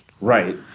Right